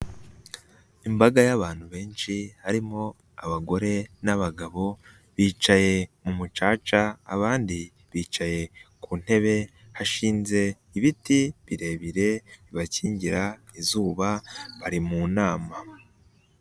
Imbaga y'abantu benshi harimo abagore n'abagabo, bicaye mu mucaca abandi bicaye ku ntebe hashinze ibiti birebire bibakingira izuba bari mu nama.